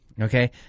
Okay